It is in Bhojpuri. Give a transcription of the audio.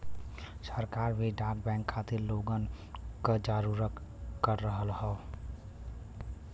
सरकार भी डाक बैंक खातिर लोगन क जागरूक कर रहल हौ